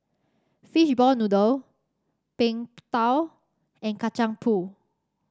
Fishball Noodle Png Tao and Kacang Pool